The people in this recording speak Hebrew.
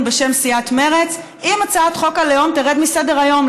בשם סיעת מרצ אם הצעת חוק הלאום תרד מסדר-היום.